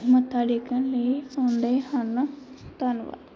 ਮੱਥਾ ਟੇਕਣ ਲਈ ਆਉਂਦੇ ਹਨ ਧੰਨਵਾਦ